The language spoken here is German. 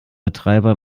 betreiber